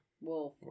Wolf